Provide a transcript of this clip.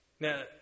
Now